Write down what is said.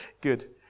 Good